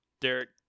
Derek